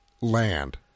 land